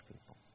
people